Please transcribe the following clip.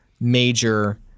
major